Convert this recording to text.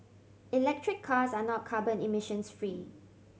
electric cars are not carbon emissions free